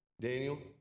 Daniel